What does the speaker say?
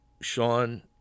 Sean